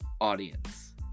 audience